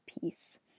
peace